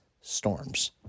storms